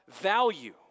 value